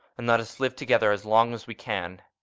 and let us live together as long as we can.